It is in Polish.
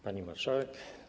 Pani Marszałek!